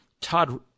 Todd